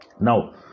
now